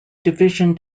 division